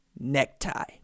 necktie